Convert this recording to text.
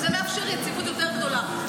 וזה מאפשר יציבות יותר גדולה.